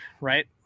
right